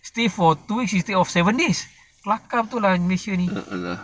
stay for two weeks instead of seven days kelakar betul lah malaysia ini